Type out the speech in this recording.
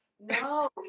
No